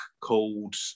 called